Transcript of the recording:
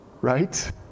right